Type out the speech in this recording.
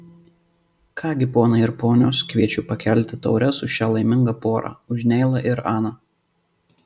ką gi ponai ir ponios kviečiu pakelti taures už šią laimingą porą už neilą ir aną